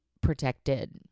protected